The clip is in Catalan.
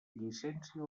llicència